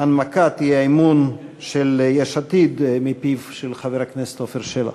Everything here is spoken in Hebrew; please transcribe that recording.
הנמקת האי-אמון של יש עתיד מפיו של חבר הכנסת עפר שלח.